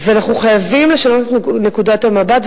אנחנו חייבים לשנות את נקודת המבט,